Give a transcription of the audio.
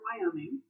Wyoming